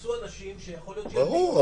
ייכנסו אנשים שיכול להיות --- ברור,